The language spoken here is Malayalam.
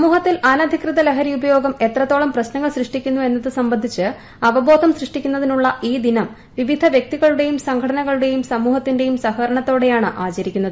സമൂഹത്തിൽ അനധികൃത ലഹരി ഉപയോഗം എത്രത്തോളം പ്രശ്നങ്ങൾ സൃഷ്ടിക്കുന്നുവെന്നത് സംബന്ധിച്ച് അവബോധം സൃഷ്ടിക്കുന്നതിനുള്ള ഈ ദിനം വിവിധ വ്യക്തികളുടെയും സംഘടനകളുടെയും സമൂഹത്തിന്റെയും സഹകരണത്തോടെയാണ് ആചരിക്കുന്നത്